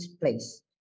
place